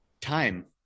time